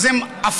אז הם עפות,